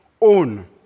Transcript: own